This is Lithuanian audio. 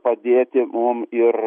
padėti mum ir